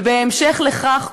ובהמשך לכך,